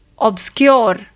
Obscure